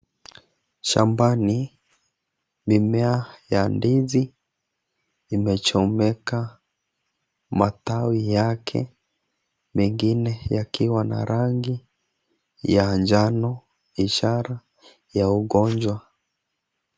Shambani mimea ya mdizi imechomeka matawi yake mengine yakiwa na rangi ya njano ishara ya ugonjwa.